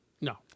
No